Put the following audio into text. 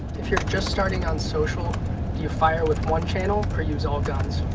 if you're just starting on social, do you fire with one channel or use all guns?